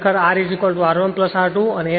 ખરેખર R R1 R2 and X X1 X2 X2 છે